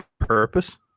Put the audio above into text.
purpose